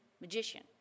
magician